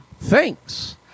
thanks